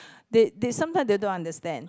they they sometimes they don't understand